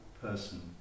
person